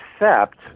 accept